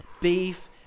beef